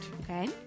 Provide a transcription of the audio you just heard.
Okay